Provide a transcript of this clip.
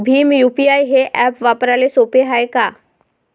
Bhim UPI हे app वापराले सोपे हाय का?